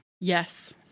Yes